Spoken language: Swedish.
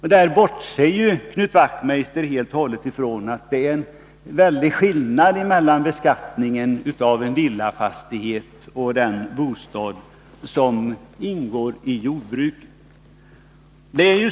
Han bortser helt och hållet från det faktum att det är en stor skillnad i beskattningen mellan en villafastighet och en bostad som ingår i ett jordbruk.